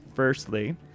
Firstly